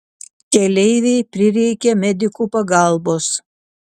keleivei prireikė medikų pagalbos